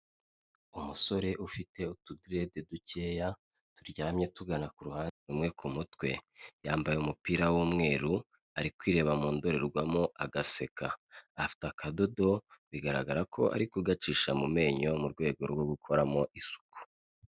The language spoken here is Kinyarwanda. Umusore ufite utudirede dukeya turyamye tugana ku ruhande rumwe ku mutwe, yambaye umupira w'umweru, ari kwireba mu ndorerwamo agaseka, afite akadodo bigaragara ko ari kugacisha mu menyo mu rwego rwo gukoramo isuku.